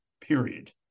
period